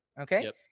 Okay